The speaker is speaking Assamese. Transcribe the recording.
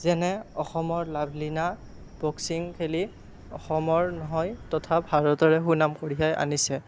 যেনে অসমৰ লাভলিনা বক্সিং খেলি অসমৰ হৈ তথা ভাৰতৰে সুনাম কঢ়িয়াই আনিছে